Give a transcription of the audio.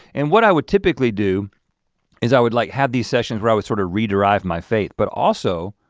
and what i would typically do is i would like have these sessions where i would sort of re drive my faith but also,